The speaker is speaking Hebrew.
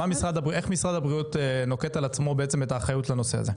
איך משרד הבריאות נוקט על עצמו בעצם את האחריות לנושא הזה?